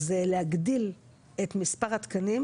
זה להגדיל את מספר התקנים,